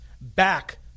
back –